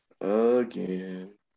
again